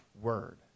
word